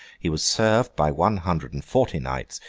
he was served by one hundred and forty knights,